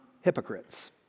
hypocrites